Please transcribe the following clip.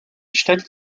stellt